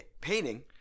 painting